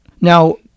Now